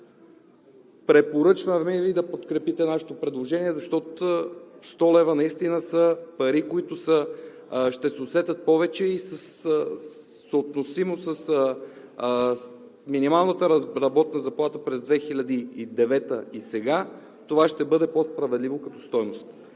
Препоръчваме Ви да подкрепите нашето предложение, защото 100 лв. наистина са пари, които ще се усетят повече. Съотносимо с минималната работна заплата през 2009 г. и сега това ще бъде по-справедливо като стойност.